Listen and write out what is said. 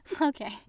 Okay